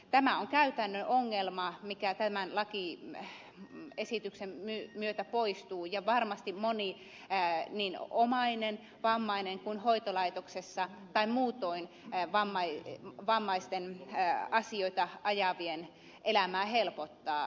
tämä on käytännön ongelma mikä tämän lakiesityksen myötä poistuu ja varmasti monen niin omaisen vammaisen kuin hoitolaitoksessa tai muutoin vammaisten asioita ajavien elämää helpottaa